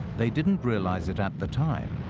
they didn't realize it at the time,